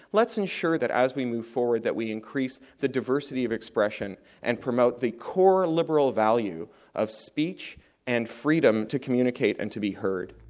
let's ensure that as we move forward that we increase the diversity of expression and promote the core liberal value of speech and freedom to communicate and to be heard.